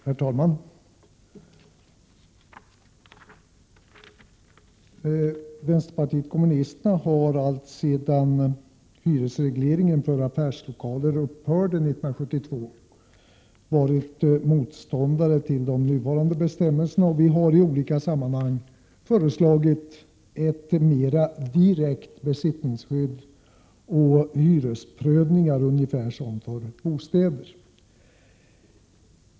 Herr talman! Vänsterpartiet kommunisterna har alltsedan hyresregleringen för affärslokaler upphörde 1972 varit motståndare till de nuvarande bestämmelserna, och vi har i olika sammanhang föreslagit ett mer direkt besittningsskydd och hyresprövningar på ungefär samma sätt som för bostäder.